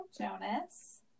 jonas